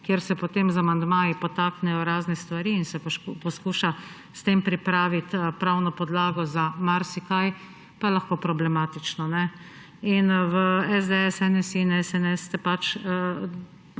kjer se potem z amandmaji podtaknejo razne stvari in se poskuša s tem pripraviti pravna podlaga za marsikaj, pa je lahko problematično. V SDS, NSi in SNS ste nam